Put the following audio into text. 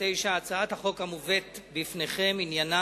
2009. הצעת החוק המובאת בפניכם עניינה